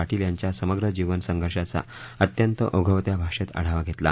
पाटील याच्या समग्र जीवनसर्विंगचा अत्यत्त ओघवत्या भाषेत आढावा घेतला